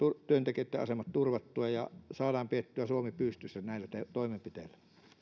työntekijöitten asemat turvattua ja saadaan pidettyä suomi pystyssä näillä toimenpiteillä